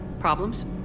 Problems